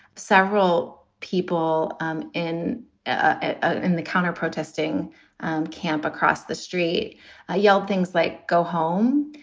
several people um in ah in the counter protesting camp across the street ah yell things like go home.